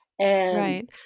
Right